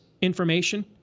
information